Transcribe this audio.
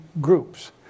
groups